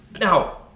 now